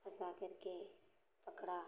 फँसाकर के पकड़ा